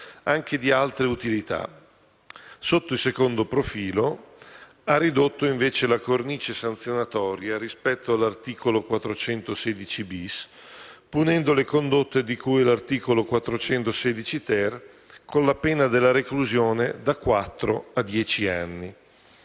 anche di altre utilità. Sotto il secondo profilo, ha ridotto invece la cornice sanzionatoria rispetto all'articolo 416-*bis*, punendo le condotte di cui all'articolo 416-*ter*, con la pena della reclusione da quattro a